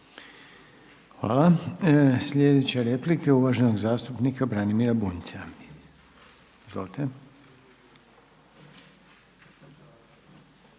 Hvala. Sljedeća replika je uvaženog zastupnika Giovannia Sponze.